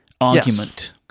argument